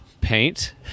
paint